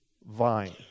vine